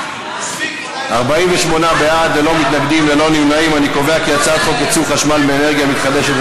להעביר את הצעת חוק ייצור חשמל מאנרגיה מתחדשת,